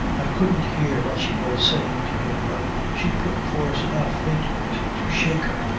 i couldn't hear what she was saying to him, but she put force enough into it to shake her.